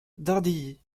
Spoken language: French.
dardilly